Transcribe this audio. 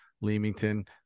leamington